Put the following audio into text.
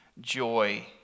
joy